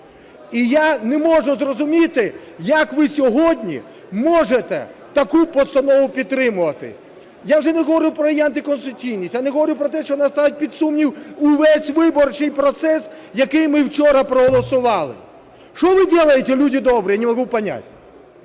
І я не можу зрозуміти, як ви сьогодні можете таку постанову підтримувати. Я вже не говорю про антиконституційність, я не говорю про те, що вона ставить під сумнів увесь виборчий процес, який ми вчора проголосували. Что вы делаете, люди добрые, я не могу понять?